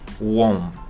warm